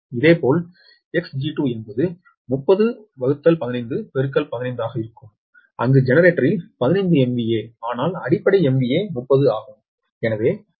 இதேபோல் Xg2 என்பது 301515 ஆக இருக்கும் அங்கு ஜெனரேட்டரிஸ் 15 MVA ஆனால் அடிப்படை MVA 30 ஆகும்